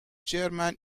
german